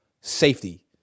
safety